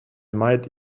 might